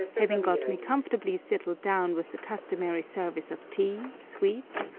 having got me comfortably settled down with the customary service of tea, sweets,